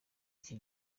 iki